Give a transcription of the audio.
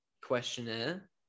questionnaire